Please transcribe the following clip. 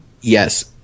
yes